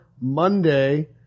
Monday